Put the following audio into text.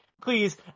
please